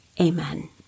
amen